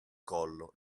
collo